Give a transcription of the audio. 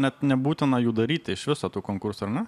net nebūtina jų daryti iš viso tų konkursų ar ne